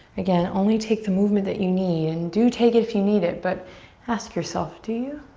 again, only take the movement that you need and do take it if you need it, but ask yourself, do you?